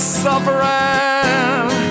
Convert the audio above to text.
suffering